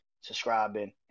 subscribing